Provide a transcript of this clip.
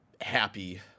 happy